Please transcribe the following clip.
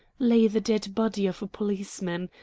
lay the dead body of a policeman,